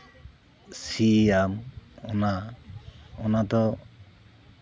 ᱥᱤᱭᱟᱢ ᱚᱱᱟ ᱚᱱᱟᱫᱚ